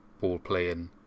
ball-playing